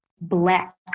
black